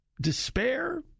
Despair